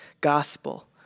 gospel